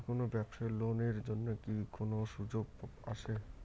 যে কোনো ব্যবসায়ী লোন এর জন্যে কি কোনো সুযোগ আসে?